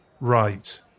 Right